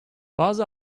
bazı